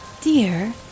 Dear